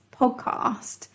podcast